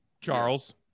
Charles